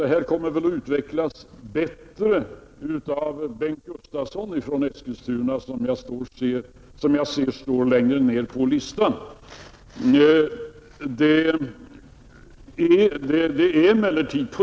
Det här kommer väl att utvecklas bättre av herr Bengt Gustavsson från Eskilstuna som jag ser står längre ner på talarlistan.